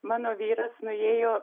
mano vyras nuėjo